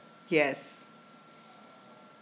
yes